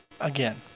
again